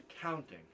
counting